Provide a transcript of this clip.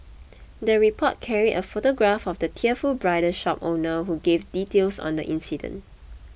the report carried a photograph of the tearful bridal shop owner who gave details on the incident